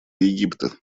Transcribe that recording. египта